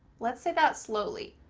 let's say that slowly,